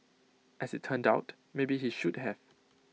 as IT turned out maybe he should have